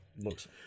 looks